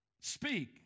speak